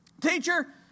teacher